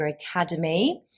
Academy